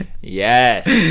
Yes